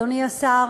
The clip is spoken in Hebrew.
אדוני השר,